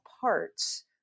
parts